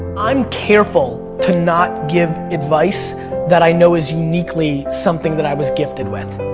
i'm careful to not give advise that i know is uniquely something that i was gifted with.